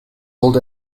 old